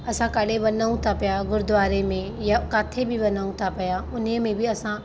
असां काॾे वञूं था पिया गुरुद्वारे में या काथे बि वञूं था पिया उन ई में बि असां